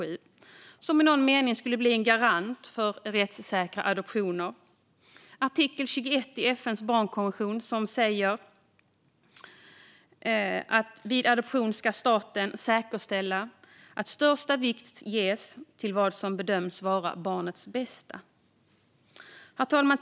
Denna skulle i någon mening bli en garant för rättssäkra adoptioner. Artikel 21 i FN:s barnkonvention säger: "Vid adoption ska staten säkerställa att största vikt ges till vad som bedöms vara barnets bästa." Herr talman!